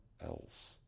else